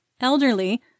elderly